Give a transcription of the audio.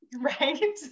Right